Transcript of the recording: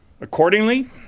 Accordingly